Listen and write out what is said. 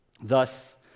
Thus